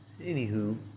Anywho